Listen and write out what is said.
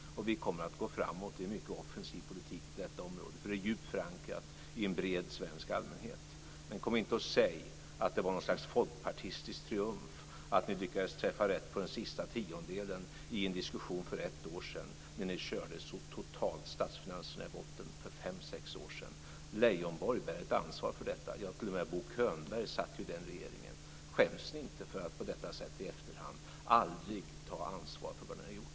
Vi kommer att gå framåt i en mycket offensiv politik på detta område, för detta är djupt förankrat hos en bred svensk allmänhet. Kom inte och säg att det var något slags folkpartistisk triumf att ni lyckades träffa rätt på den sista tiondelen i en diskussion för ett år sedan när ni för fem-sex år sedan så totalt körde statsfinanserna i botten! Lars Leijonborg bär ett ansvar för detta. Ja, t.o.m. Bo Könberg satt ju med i den regeringen. Skäms ni inte för att på detta sätt i efterhand aldrig ta ansvar för vad ni har gjort?